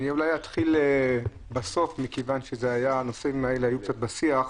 אולי אתחיל בסוף מכיוון שהנושאים האלו היו קצת בשיח.